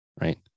Right